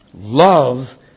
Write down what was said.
Love